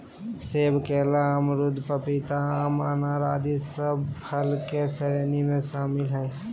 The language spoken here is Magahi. सेब, केला, अमरूद, पपीता, आम, अनार आदि सब फल के श्रेणी में शामिल हय